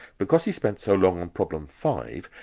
because he spent so long on problem five,